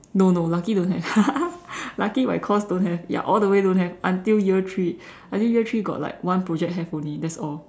no no lucky don't have lucky my course don't have ya all the way don't have until year three I think year three got like one project have only that's all